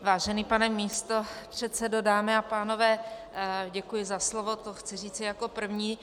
Vážený pane místopředsedo, dámy a pánové, děkuji za slovo, to chci říci jako první.